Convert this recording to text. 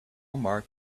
mark